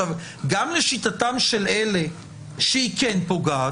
גם לשיטתם של אלה שהיא כן פוגעת,